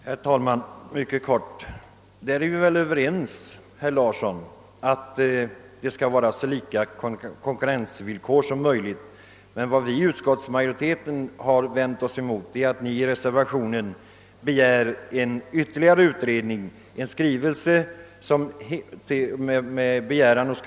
Herr talman! Jag skall fatta mig kort. Vi är väl, herr Larsson i Umeå, överens om att det skall vara så lika konkurrensvillkor som möjligt. Men vad vi i utskottsmajoriteten reagerat emot är att i reservationen begärts en ytterligare utredning, som skulle fördröja frågans lösning.